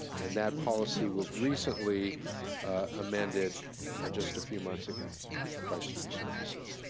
and that policy was recently amended just a few months ago by student services.